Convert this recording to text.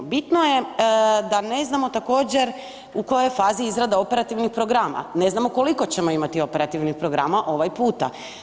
Bitno je da ne znamo također u kojoj fazi je izrada operativnih programa, ne znamo koliko ćemo imati operativnih programa ovaj puta.